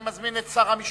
אין מתנגדים, אין נמנעים.